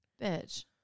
Bitch